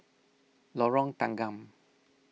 Lorong Tanggam